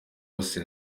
hose